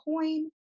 coin